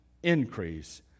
Increase